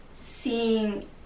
seeing